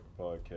Podcast